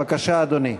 אדוני,